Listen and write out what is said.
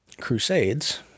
Crusades